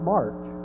March